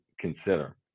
consider